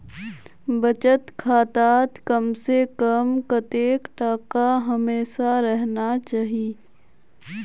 बचत खातात कम से कम कतेक टका हमेशा रहना चही?